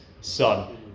son